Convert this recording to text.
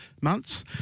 months